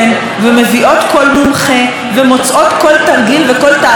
כל מומחה ומוצאות כל תרגיל וכל תעלול מתחת לאדמה,